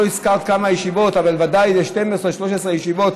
לא הזכרת כמה ישיבות, אבל ודאי 13-12 ישיבות.